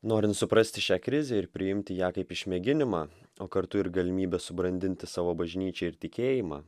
norint suprasti šią krizę ir priimti ją kaip išmėginimą o kartu ir galimybę subrandinti savo bažnyčią ir tikėjimą